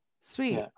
sweet